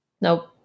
Nope